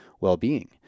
well-being